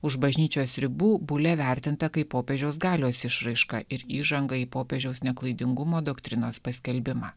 už bažnyčios ribų bulė vertinta kaip popiežiaus galios išraiška ir įžanga į popiežiaus neklaidingumo doktrinos paskelbimą